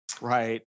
Right